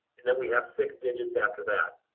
and then we have six digits after that.